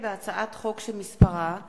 הצעת חוק הספורט